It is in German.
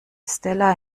stella